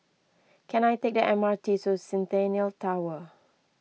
can I take the M R T to Centennial Tower